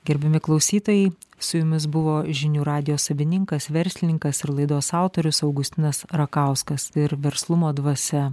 gerbiami klausytojai su jumis buvo žinių radijo savininkas verslininkas ir laidos autorius augustinas rakauskas ir verslumo dvasia